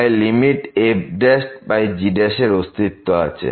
তাই limit fg এর অস্তিত্ব আছে